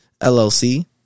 llc